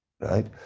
right